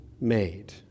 made